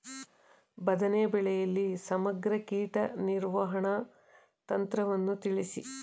ಬದನೆ ಬೆಳೆಯಲ್ಲಿ ಸಮಗ್ರ ಕೀಟ ನಿರ್ವಹಣಾ ತಂತ್ರವನ್ನು ತಿಳಿಸಿ?